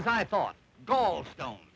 as i thought gallstone